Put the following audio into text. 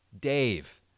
Dave